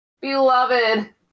Beloved